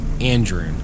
Andrew